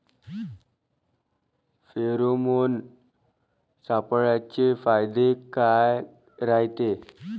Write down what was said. Pheromone सापळ्याचे फायदे काय रायते?